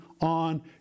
on